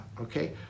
okay